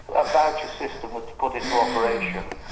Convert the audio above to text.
a voucher system was put into operation.